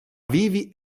vivi